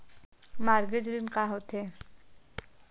Mortgage ऋण का होथे?